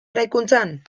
eraikuntzan